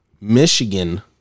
Michigan